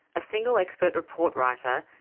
a single expert report writer,